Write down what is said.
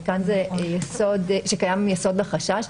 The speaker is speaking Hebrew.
וכאן "שקיים יסוד לחשש".